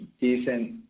decent